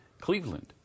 Cleveland